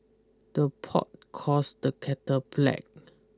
the pot calls the kettle black